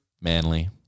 Manly